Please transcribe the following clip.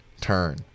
turn